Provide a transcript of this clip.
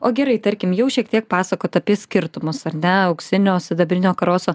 o gerai tarkim jau šiek tiek pasakojot apie skirtumus ar ne auksinio sidabrinio karoso